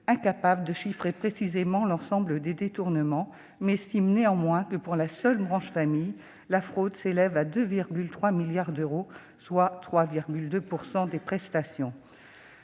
incapable de chiffrer précisément l'ensemble des détournements, mais estime que, pour la seule branche famille, la fraude s'élève à 2,3 milliards d'euros, soit 3,2 % des prestations.